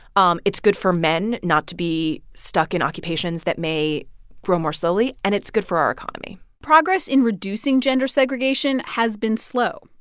um it's good for men not to be stuck in occupations that may grow more slowly. and it's good for our economy progress in reducing gender segregation has been slow.